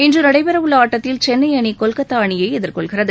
இன்று நடைபெறவுள்ள ஆட்டத்தில் சென்னை அணி கொல்கத்தா அணியை எதிர்கொள்கிறது